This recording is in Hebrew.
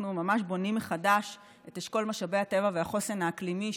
אנחנו ממש בונים מחדש את אשכול משאבי הטבע והחוסן האקלימי,